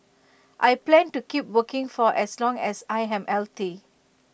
I plan to keep working for as long as I am healthy